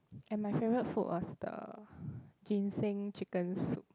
and my favorite food was the ginseng chicken soup